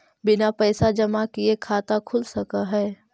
बिना पैसा जमा किए खाता खुल सक है?